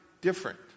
different